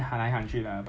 ya